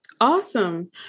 Awesome